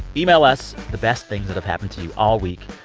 email us the best things that have happened to you all week.